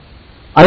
अरे पोरा